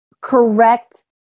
correct